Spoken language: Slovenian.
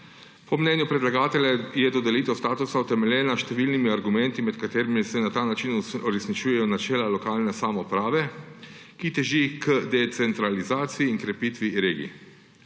Po mnenju predlagatelja je dodelitev statusa utemeljena s številnimi argumenti, med katerimi se na ta način uresničujejo načela lokalne samouprave, ki teži k decentralizaciji in krepitvi regij.